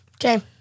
Okay